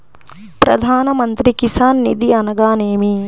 ప్రధాన మంత్రి కిసాన్ నిధి అనగా నేమి?